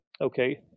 okay